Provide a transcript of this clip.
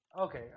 Okay